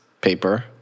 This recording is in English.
paper